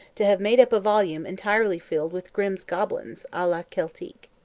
to have made up a volume entirely filled with grimm's goblins a la celtique.